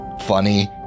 funny